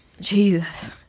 Jesus